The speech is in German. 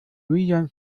julian